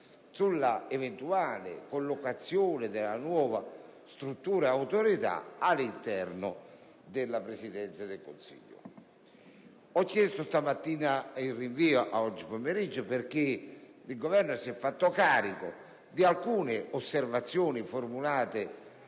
sulla eventuale collocazione della nuova struttura ed autorità all'interno della Presidenza del Consiglio. Ho chiesto stamattina un rinvio alla seduta pomeridiana perché il Governo si è fatto carico di alcune osservazioni formulate